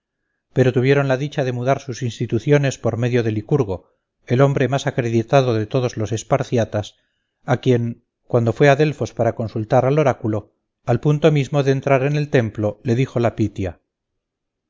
pero tuvieron la dicha de mudar sus instituciones por medio de licurgo el hombre más acreditado de todos los esparciatas a quien cuando fue a delfos para consultar al oráculo al punto mismo de entrar en el templo le dijo la pitia